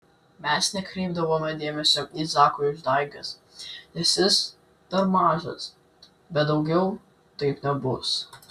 mes nekreipdavome dėmesio į zako išdaigas nes jis dar mažas bet daugiau taip nebus